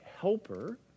helper